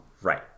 Right